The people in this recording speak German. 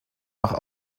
nach